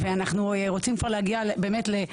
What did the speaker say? ואנחנו באמת רוצים כבר להגיע ולהתקדם,